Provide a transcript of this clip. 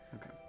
Okay